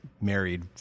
married